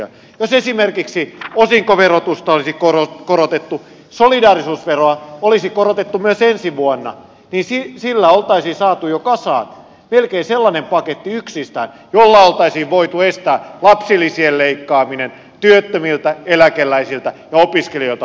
jos esimerkiksi osinkoverotusta olisi korotettu solidaarisuusveroa olisi korotettu myös ensi vuonna niin sillä oltaisiin saatu jo yksistään kasaan melkein sellainen paketti jolla oltaisiin voitu estää lapsilisien leikkaaminen sekä työttömiltä eläkeläisiltä ja opiskelijoilta leikkaaminen